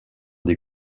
des